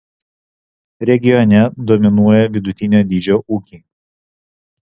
regione dominuoja vidutinio dydžio ūkiai